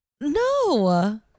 No